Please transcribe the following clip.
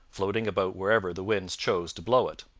floating about wherever the winds chose to blow it.